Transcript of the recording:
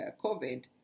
COVID